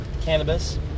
cannabis